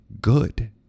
good